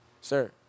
sir